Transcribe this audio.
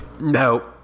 No